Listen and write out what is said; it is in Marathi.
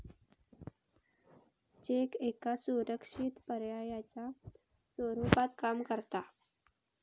चेक एका सुरक्षित पर्यायाच्या रुपात काम करता